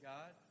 God